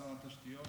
שר התשתיות